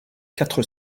quatre